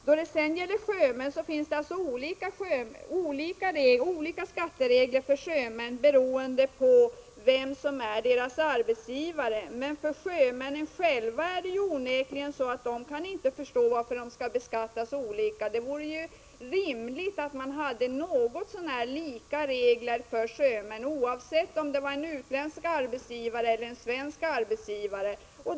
Det finns olika skatteregler för sjömän beroende på vem som är deras arbetsgivare. Men sjömännen själva kan inte förstå varför de skall beskattas olika. Det vore rimligt att man hade ungefär lika regler för sjömän, oavsett om de har utländsk eller svensk arbetsgivare.